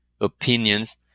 opinions